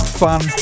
fun